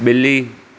ॿिली